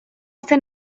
zen